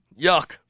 yuck